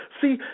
See